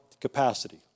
capacity